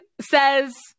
says